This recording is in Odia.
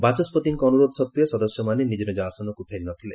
ବାଚସ୍ତିଙ୍କ ଅନୁରୋଧ ସତ୍ୱେ ସଦସ୍ୟମାନେ ନିଜ ନିଜ ଆସନକୁ ଫେରି ନ ଥିଲେ